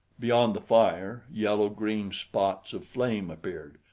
beyond the fire, yellow-green spots of flame appeared,